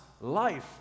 life